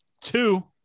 two